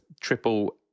triple